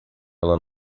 ela